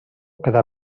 quedà